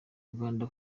uganda